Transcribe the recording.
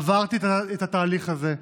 עברתי את התהליך הזה: